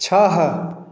छः